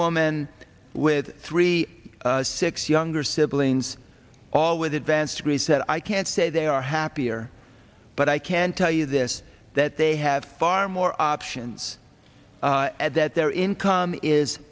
woman with three six younger siblings all with advanced degrees said i can't say they are happier but i can tell you this that they have far more options that their income is